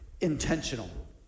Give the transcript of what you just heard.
intentional